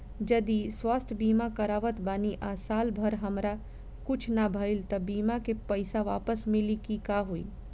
जदि स्वास्थ्य बीमा करावत बानी आ साल भर हमरा कुछ ना भइल त बीमा के पईसा वापस मिली की का होई?